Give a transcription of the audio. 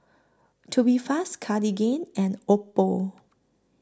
Tubifast Cartigain and Oppo